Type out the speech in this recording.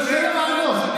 תן לו לענות.